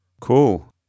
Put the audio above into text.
Cool